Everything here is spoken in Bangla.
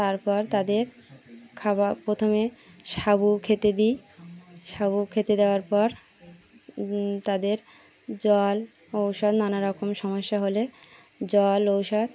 তারপর তাদের খাবার প্রথমে সাবু খেতে দিই সাবু খেতে দেওয়ার পর তাদের জল ওষুধ নানা রকম সমস্যা হলে জল ওষুধ